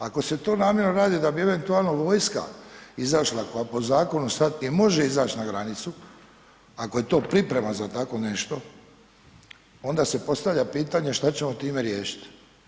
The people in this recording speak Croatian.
Ako se to namjerno radi da bi eventualno vojska izašla koja po zakonu sad i može izaći na granicu, ako je to priprema za tako nešto onda se postavlja pitanje šta ćemo time riješiti.